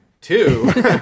two